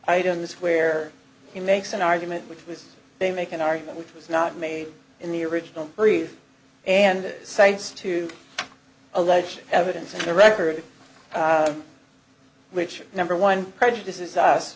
items where he makes an argument which was they make an argument which was not made in the original brief and it cites to alleged evidence in the record which number one prejudices us